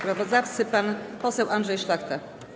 Pan poseł Andrzej Szlachta.